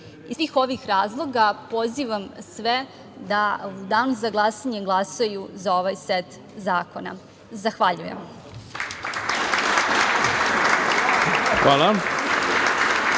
svih ovih razloga pozivam sve da u danu za glasanje glasaju za ovaj set zakona. Zahvaljujem.